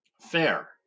fair